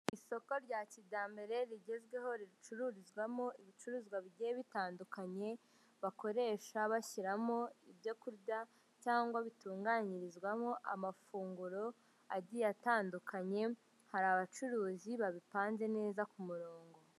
Isoko rya kijyambere rigezweho ricururizwamo ibicuruzwa bigiye bitandukanye, bakoresha bashyiramo ibyo kurya cyangwa bitunganyirizwamo amafunguro atandukanye. Hari ibicurizwa babipanze neza ku murongo.